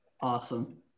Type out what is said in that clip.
awesome